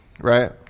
right